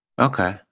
Okay